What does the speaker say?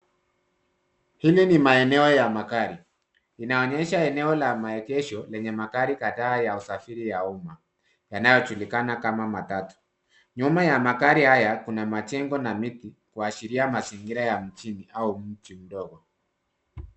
Hili ni maeneo ya magari. Inaonyesha maeneo la maegesho lenye magari kadhaa ya usafiri ya umma yanayojulikana kama matatu. Nyuma ya magari haya kuna majengo na miti kuashiria mazingira ya mjini au mji mdogo.